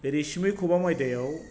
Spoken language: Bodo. रैसुमै खुबाम आयदायाव